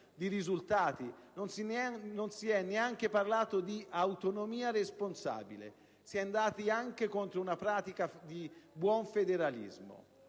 di risultati e non si è neanche parlato di autonomia responsabile. Si è andati anche contro una pratica di buon federalismo.